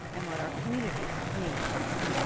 and what our community needs.